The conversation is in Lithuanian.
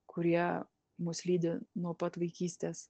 kurie mus lydi nuo pat vaikystės